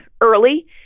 early